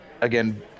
again